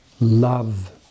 love